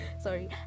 sorry